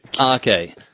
Okay